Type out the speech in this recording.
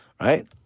Right